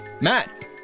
Matt